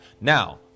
now